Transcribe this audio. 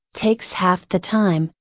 takes half the time,